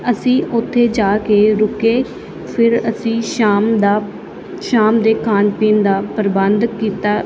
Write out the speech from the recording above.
ਅਸੀਂ ਉੱਥੇ ਜਾ ਕੇ ਰੁਕੇ ਫਿਰ ਅਸੀਂ ਸ਼ਾਮ ਦਾ ਸ਼ਾਮ ਦੇ ਖਾਣ ਪੀਣ ਦਾ ਪ੍ਰਬੰਧ ਕੀਤਾ